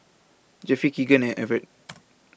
Jeffry Kegan and Evert